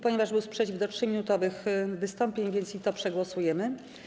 Ponieważ był sprzeciw dotyczący 3-minutowych wystąpień, więc i to przegłosujemy.